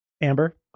amber